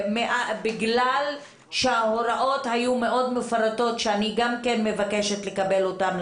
בגלל שההוראות היו מאוד מפורטות אני מבקשת לקבל אותן,